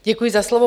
Děkuji za slovo.